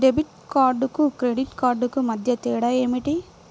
Debit కార్డుకు credit కార్డుకు మధ్య తేడా ఏమిటీ?